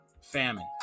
famine